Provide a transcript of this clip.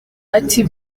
ati